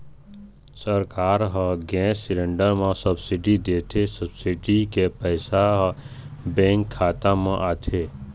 सरकार ह gas cylinder म सब्सिडी देथे, सब्सिडी के पइसा ह बेंक खाता म आथे